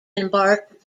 embarked